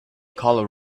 colour